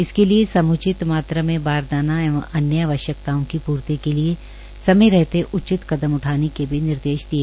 इसके लिए सम्चित मात्रा में बारदाना एवं अन्य आवश्यकताओं की पूर्ति के लिए समय रहते उचित कदम उठाने के भी निर्देश दिए